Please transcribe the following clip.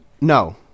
No